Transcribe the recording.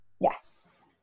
Yes